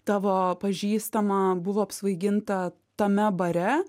tavo pažįstama buvo apsvaiginta tame bare